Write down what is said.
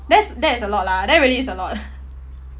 that that's a lot lah that really is a lot